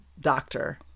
doctor